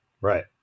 Right